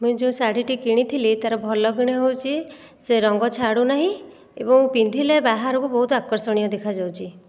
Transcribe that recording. ମୁଁ ଏହି ଯେଉଁ ଶାଢ଼ୀଟି କିଣିଥିଲି ତାର ଭଲ ଗୁଣ ହେଉଛି ସେ ରଙ୍ଗ ଛାଡ଼ୁନାହିଁ ଏବଂ ପିନ୍ଧିଲେ ବାହାରକୁ ବହୁତ ଆକର୍ଷଣୀୟ ଦେଖାଯାଉଛି